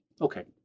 Okay